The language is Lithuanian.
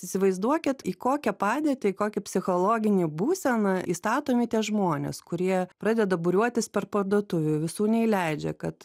įsivaizduokit į kokią padėtį kokią psichologinę būseną įstatomi tie žmonės kurie pradeda būriuotis per parduotuvių visų neįleidžia kad